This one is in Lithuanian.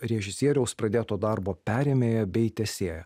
režisieriaus pradėto darbo perėmėja bei tęsėja